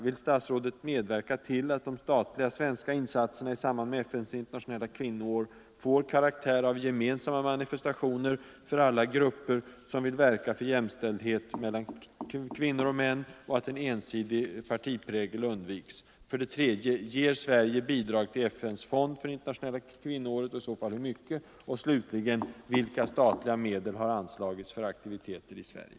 Vill statsrådet medverka till att de statliga svenska insatserna i samband med FN:s internationella kvinnoår får karaktär av gemensamma manifes tationer för alla grupper som vill verka för jämställdhet mellan kvinnor och män, och att en ensidig partiprägel undviks? 3. Ger Sverige bidrag till FN:s fond för internationella kvinnoåret och i så fall hur mycket? 4. Vilka statliga medel har anslagits för aktiviteter i Sverige?